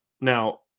Now